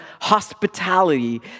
hospitality